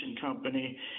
company